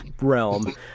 realm